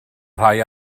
rhai